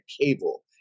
cable